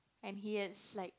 and he is like